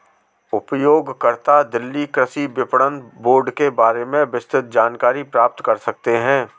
उपयोगकर्ता दिल्ली कृषि विपणन बोर्ड के बारे में विस्तृत जानकारी प्राप्त कर सकते है